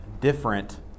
different